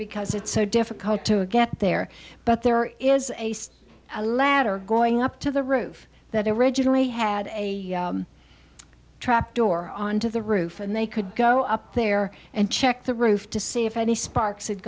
because it's so difficult to get there but there is a ladder going up to the roof that originally had a trap door on to the roof and they could go up there and check the roof to see if any sparks had